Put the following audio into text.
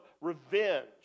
revenge